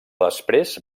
després